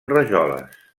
rajoles